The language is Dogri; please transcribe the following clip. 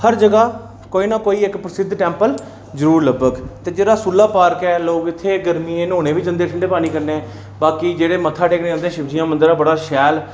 कोई न कोई इक प्रसिद्ध टैंपल जरूर लब्भग ते जेह्का सुल्ला पार्क ऐ लोक उत्थै गर्मियें च न्हौने ई बी जंदे बाकी जेह्ड़े मत्था टेकने ई जंदे शिवजी दा मंदर ऐ बड़ा शैल